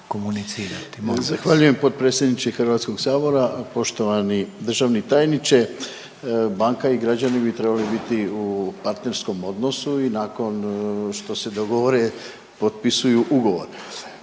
Rade (HDZ)** Zahvaljujem potpredsjedniče HS-a, poštovani državni tajniče. Banka i građani bi trebali biti u partnerskom odnosu i nakon što se dogovore, potpisuju ugovor.